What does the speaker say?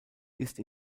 ist